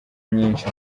nyinshi